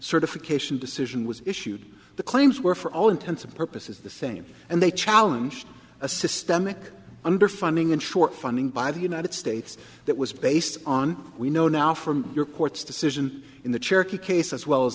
certification decision was issued the claims were for all intents and purposes the same and they challenge a systemic underfunding and short funding by the united states that was based on we know now from your court's decision in the cherokee case as well as